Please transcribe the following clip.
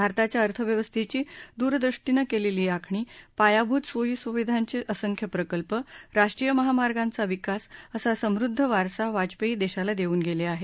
भारताच्या अर्थव्यवस्थेची दूरदृष्टीनं केलेली आखणीए पायाभूत सोयीसुविधांचे असंख्य प्रकल्पए राष्ट्रीय महामार्गांचा विकास असा समृद्ध वारसा वाजपेयी देशाला देऊन गेले आहेत